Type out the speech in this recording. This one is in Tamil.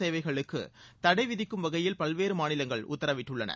சேவைகளுக்கு தடை விதிக்கும் வகையில் பல்வேறு மாநிலங்கள் உத்தரவிட்டுள்ளன